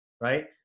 right